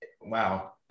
wow